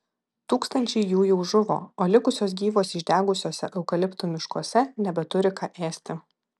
tūkstančiai jų jau žuvo o likusios gyvos išdegusiuose eukaliptų miškuose nebeturi ką ėsti